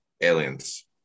aliens